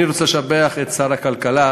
אני רוצה לשבח את שר הכלכלה.